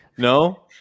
No